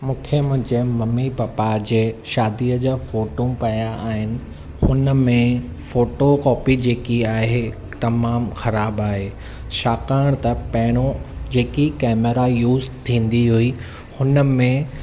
मूंखे मुंहिंजे mummy papa जे शादीअ जा फ़ोटो पया आहिनि हुन में फ़ोटो कॉपी जेकी आहे तमामु ख़राब आहे छाकाणि त पेणों जेकी केमरा यूज़ थींदी हुई हुन में